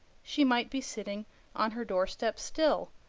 she might be sitting on her doorstep still,